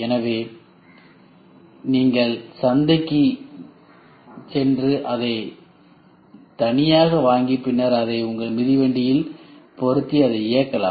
எனவே நீங்கள் சந்தைக்குச் சென்று அதை தனியாக வாங்கி பின்னர் அதை உங்கள் மிதி வண்டியில் பொருத்தி அதை இயக்கலாம்